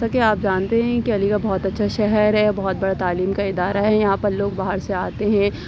جیسا کہ آپ جانتے ہیں علی گڑھ بہت اچھا شہر ہے بہت بڑا تعلیم کا ادارا ہے یہاں پر لوگ باہر سے آتے ہیں